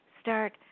start